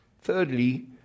Thirdly